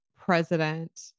president